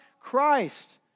Christ